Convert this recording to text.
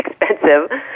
expensive